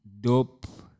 dope